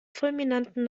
fulminanten